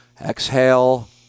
Exhale